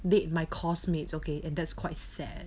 date my course mates okay and that's quite sad